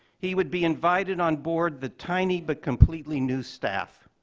he would be invited on board the tiny but completely new staff.